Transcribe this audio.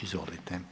Izvolite.